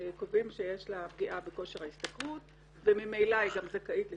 וקובעים שיש לה פגיעה בכושר ההשתכרות וממילא היא גם זכאית לשיקום,